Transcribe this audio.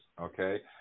okay